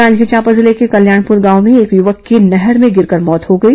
जांजगीर चांपा जिले के ँ कल्याणपूर गांव में एक युवक की नहर में गिरकर मौत हो गई